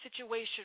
situation